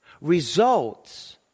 results